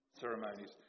ceremonies